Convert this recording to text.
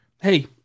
hey